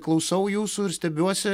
klausau jūsų ir stebiuosi